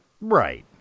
Right